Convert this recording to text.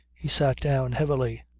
he sat down heavily.